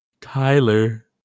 Tyler